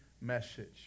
message